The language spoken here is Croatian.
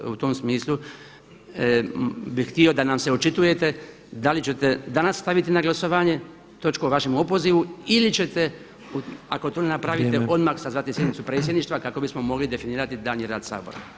U tom smislu bih htio da nam se očitujete da li ćete danas staviti na glasovanje točku o vašem opozivu ili ćete ako to ne napravite [[Upadica predsjednik: Vrijeme.]] odmah sazvati sjednicu Predsjedništva kako bismo mogli definirati daljnji rad Sabora.